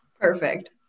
perfect